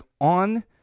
on